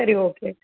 சரி ஓகே